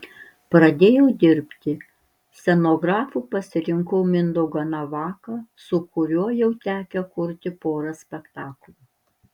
pradėjau dirbti scenografu pasirinkau mindaugą navaką su kuriuo jau tekę kurti porą spektaklių